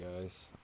guys